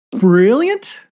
brilliant